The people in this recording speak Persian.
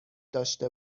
داشته